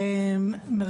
כידוע,